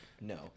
No